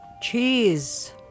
Cheese